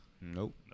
Nope